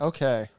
Okay